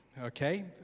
okay